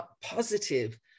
positive